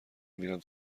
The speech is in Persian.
میرم